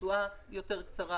רצועה קצרה יותר,